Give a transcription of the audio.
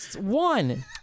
one